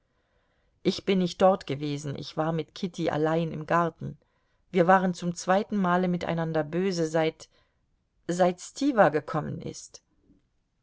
ich bin nicht dort gewesen ich war mit kitty allein im garten wir waren zum zweiten male miteinander böse seit seit stiwa gekommen ist